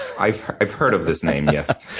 i've i've heard of this name, yes.